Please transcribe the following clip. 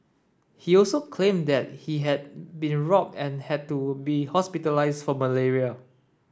he also claimed that he had been robbed and had to be hospitalised for malaria